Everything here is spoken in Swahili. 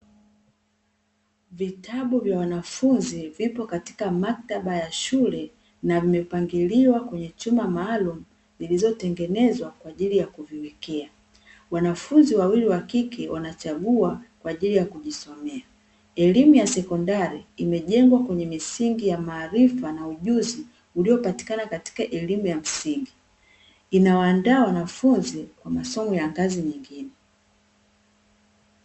Vitabu vya wanafunzi vipo katika maktaba ya shule na vimepangiliwa kwenye chuma maalumu zilizotengenezwa kwa ajili ya kuviwekea, wanafunzi wawili wa kike wanachagua kwa ajili ya kujisomea, elimu ya sekondari imejengwa kwenye misingi ya maarifa na ujuzi uliyopatikana katika elimu ya msingi, inawaandaa wanafunzi kwa masomo ya kazi nyingine.